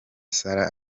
sarah